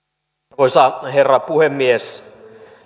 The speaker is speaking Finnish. arvoisa herra puhemies